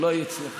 אולי הוא אצלך?